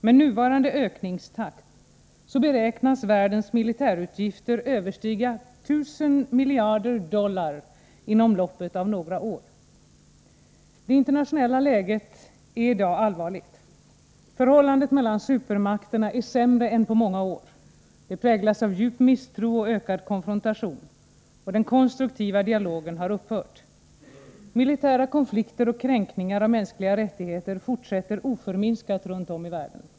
Med nuvarande ökningstakt beräknas världens militärutgifter överstiga tusen miljarder dollar inom loppet av några år. Det internationella läget är i dag allvarligt. Förhållandet mellan supermakterna är sämre än på många år. Det präglas av djup misstro och ökad konfrontation. Den konstruktiva dialogen har upphört. Militära konflikter och kränkningar av mänskliga rättigheter fortsätter oförminskat runt om i världen.